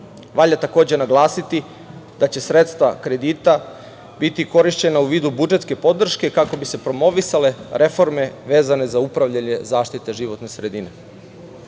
takođe naglasiti da će sredstva kredita biti korišćena u vidu budžetske podrške kako bi se promovisale reforme vezane za upravljanje zaštite životne sredine. Ovo